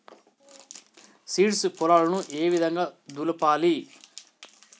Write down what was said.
Seeds పొలాలను ఏ విధంగా దులపాలి?